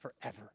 forever